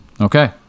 Okay